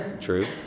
True